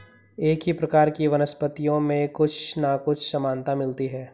एक ही प्रकार की वनस्पतियों में कुछ ना कुछ समानता मिलती है